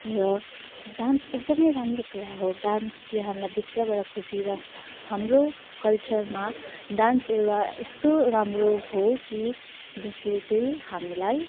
र डान्स एकदमै राम्रो कुरा हो डान्सले हामीलाई भित्रबाट खुसी राख्छ हाम्रो कल्चरमा डान्स एउटा यस्तो राम्रो हो कि जसले चाहिँ हामीलाई